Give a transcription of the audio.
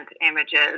images